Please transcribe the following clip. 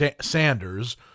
Sanders